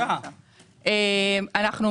לפ"ם.